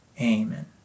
Amen